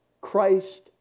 Christ